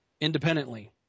independently